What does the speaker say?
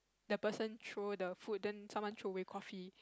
the person throw the food then someone throw away coffee